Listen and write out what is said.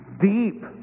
deep